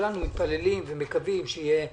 שכולנו מתפללים ומקווים שיהיה חיסון,